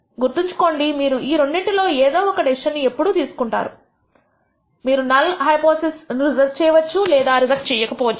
గుర్తుంచుకోండి మీరు ఈ రెండింటిలో ఏదో ఒక డెసిషన్ ను ఎప్పుడూ తీసుకుంటారు మీరు నల్ హైపోథిసిస్ ను రిజెక్ట్ చేయవచ్చు లేదా రిజెక్ట్ చేయకపోవచ్చు